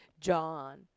John